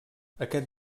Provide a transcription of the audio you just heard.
aquest